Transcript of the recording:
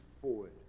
Forward